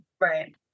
right